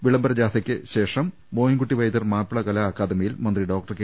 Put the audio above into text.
വിളംബര ജാഥയ്ക്ക് ശേഷം മോയിൻകുട്ടി വൈദ്യർ മാപ്പി ളകലാ അക്കാദമിയിൽ മന്ത്രി ഡോക്ടർ കെ